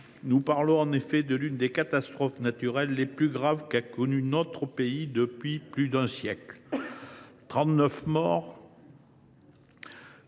Nous parlons en effet de l’une des catastrophes naturelles les plus graves qu’a connues notre pays depuis près d’un siècle. On